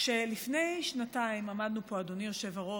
כשלפני שנתיים עמדנו פה, אדוני היושב-ראש,